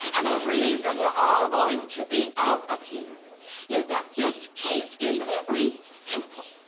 and the reason we're all going to be out of here is that this case is very simple